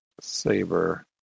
Saber